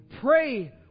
Pray